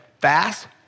fast